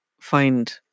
find